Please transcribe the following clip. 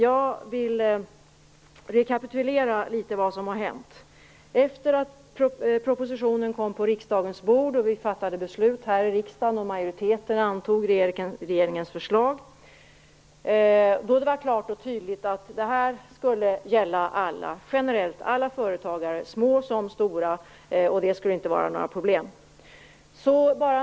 Jag skall rekapitulera litet vad som har hänt. Efter det att propositionen kom på riksdagens bord, beslut fattades och majoriteten antog regeringens förslag sades det klart och tydligt att detta skulle gälla generellt för alla företagare - små som stora - och det skulle inte vara några problem.